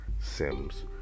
Sims